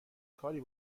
کاری